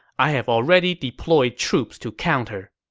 i have already deployed troops to counter.